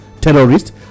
terrorists